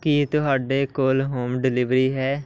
ਕੀ ਤੁਹਾਡੇ ਕੋਲ home delivery ਹੈ